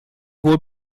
wohl